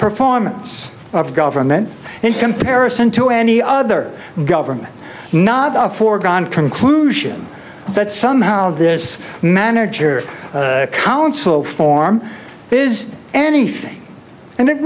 performance of government in comparison to any other government not a foregone conclusion that somehow this manager or college so form is anything and it